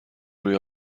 روی